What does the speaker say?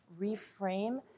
reframe